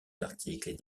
articles